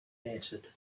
answered